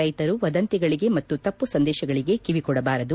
ರೈತರು ವದಂತಿಗಳಿಗೆ ಮತ್ತು ತಮ್ತು ಸಂದೇಶಗಳಿಗೆ ಕಿವಿಕೊಡಬಾರದು